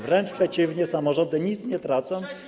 Wręcz przeciwnie, samorządy nic nie tracą.